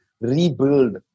rebuild